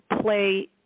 play